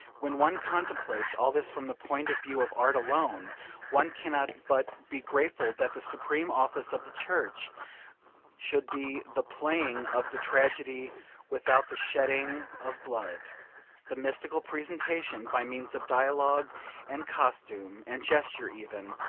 when one contemplates all this from the point of view of art alone one cannot but be grateful that the supreme office of the church should be the playing of the tragedy without the shedding of blood the mystical presentation, by means of dialogue and costume and gesture even,